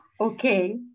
Okay